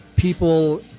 People